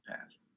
past